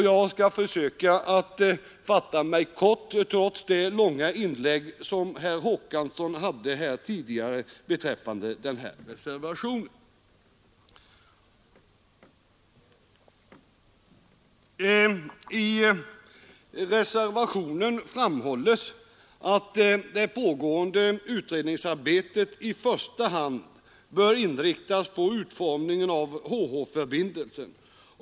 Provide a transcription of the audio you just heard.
Jag skall försöka fatta mig kort, trots det långa inlägg som herr Håkansson gjorde här tidigare beträffande denna reservation. I reservationen framhålles att det pågående utredningsarbetet i första hand bör inriktas på utformningen av HH-förbindelsen.